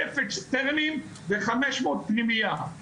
אלף אקסטרניים, וחמש מאות פנימייה.